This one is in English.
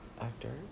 actor